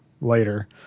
later